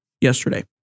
yesterday